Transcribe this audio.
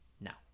now